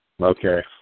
Okay